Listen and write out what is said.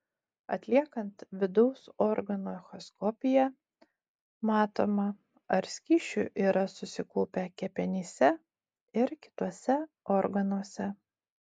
atliekant vidaus organų echoskopiją matoma ar skysčių yra susikaupę kepenyse ir kituose organuose